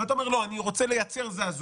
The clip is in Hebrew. אתה אומר: לא, אני רוצה לייצר זעזוע.